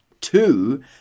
Two